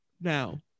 now